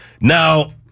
Now